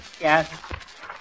Yes